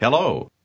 Hello